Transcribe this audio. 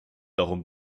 darum